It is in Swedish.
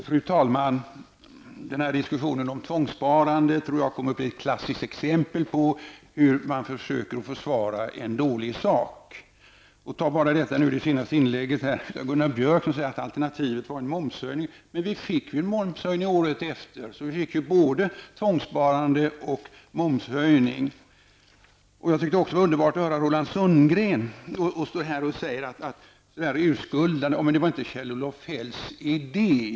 Fru talman! Jag tror att den här diskussionen om tvångssparandet kommer att bli ett klassiskt exempel på hur man försöker försvara en dålig sak. Ta bara det senaste inlägget av Gunnar Björk, där han sade att alternativet till tvångssparande var en momshöjning. Men vi fick ju en momshöjning året efter; vi fick alltså både tvångssparande och momshöjning. Det var också underbart att höra Roland Sundgren urskuldande säga att det inte var Kjell-Olof Feldts idé.